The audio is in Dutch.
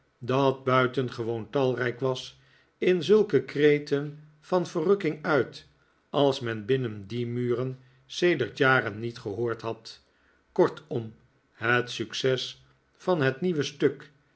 dat buitengewoon talrijk was in zulke kreten van verrukking uit als men binnen die muren sedert jaren niet gehoord had kortom het succes van het nieuwe stuk